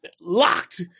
locked